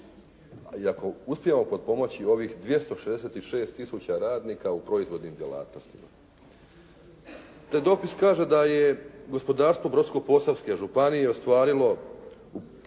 ako uspijemo potpomoći ovih 266000 radnika u proizvodnim djelatnostima. Taj dopis kaže da je gospodarstvo Brodsko-posavske županije ostvarilo